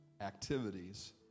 activities